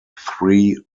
three